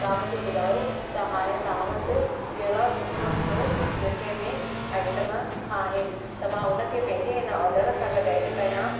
तव्हां मूंखे ॿुधायो त हाणे तव्हां वटि कहिड़ा सुठो सुठो मिठे में आइटम आहिनि त मां उनखे पंहिंजे इन ऑडर सां गॾु एड कयां